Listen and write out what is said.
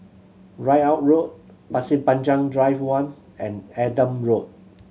Ridout Road Pasir Panjang Drive One and Adam Road